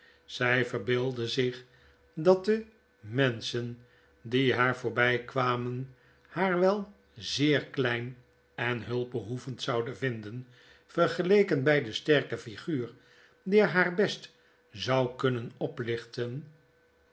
zy verbeeldde zich dat demenschen die haar voorbykwamen haar wel zeer klein en hulpbehoevend zouden vinden vergeleken bij de sterke figuur die haar best zou kunnen oplichten